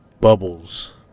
bubbles